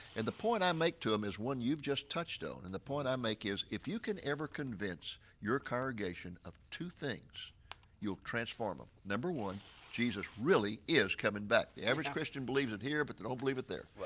and the point i make to them is one you just touched on. and the point i make is if you can ever convince your congregation of two things you'll transform them. number one jesus really is coming back. the average christian believes it here, but they don't believe it there.